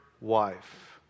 wife